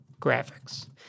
graphics